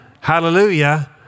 Hallelujah